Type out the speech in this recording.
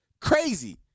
crazy